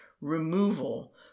removal